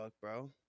bro